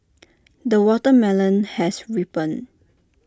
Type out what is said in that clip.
the watermelon has ripened